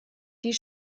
die